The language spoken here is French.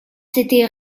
s’était